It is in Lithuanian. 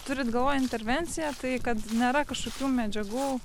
turit galvoje intervenciją tai kad nėra kažkokių medžiagų